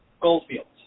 Goldfields